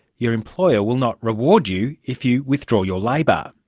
your employer will not reward you if you withdraw your labour.